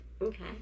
Okay